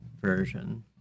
version